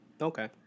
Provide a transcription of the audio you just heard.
Okay